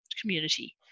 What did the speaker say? community